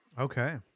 Okay